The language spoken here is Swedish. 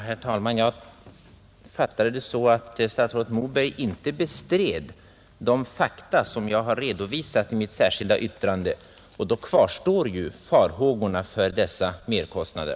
Herr talman! Jag fattade det så, att statsrådet Moberg inte bestred de fakta som jag har redovisat i mitt särskilda yttrande. Då kvarstår farhågorna för dessa merkostnader.